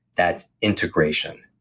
that's integration.